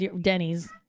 Denny's